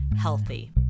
healthy